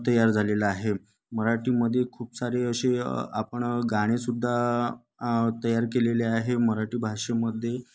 तयार झालेला आहे मराठीमध्ये खूप सारे असे आपण गाणेसुद्धा तयार केलेले आहे मराठी भाषेमध्ये